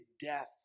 death